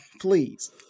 please